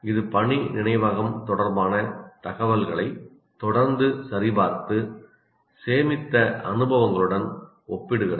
இது பணி நினைவகம் தொடர்பான தகவல்களை தொடர்ந்து சரிபார்த்து சேமித்த அனுபவங்களுடன் ஒப்பிடுகிறது